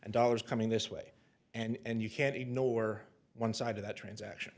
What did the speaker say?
and dollars coming this way and you can't ignore one side of that transaction